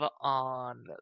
on